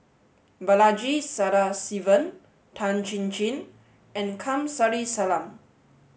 Balaji Sadasivan Tan Chin Chin and Kamsari Salam